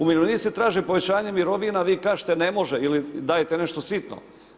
Umirovljenici traže povećanje mirovina, vi kažete ne može ili dajete nešto sitno.